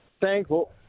thankful